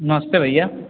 नमस्ते भैया